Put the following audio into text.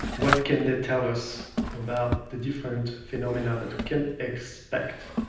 what can they tell us about the different phenomena that we can expect?